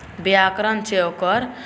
व्याकरण छै ओकर